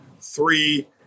three